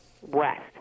west